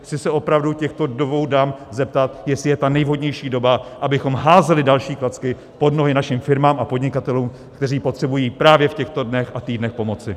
Chci se opravdu těchto dvou dam zeptat, jestli je ta nejvhodnější doba, abychom házeli další klacky pod nohy našim firmám a podnikatelům, kteří potřebují právě v těchto dnech a týdnech pomoci.